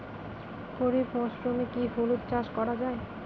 খরিফ মরশুমে কি হলুদ চাস করা য়ায়?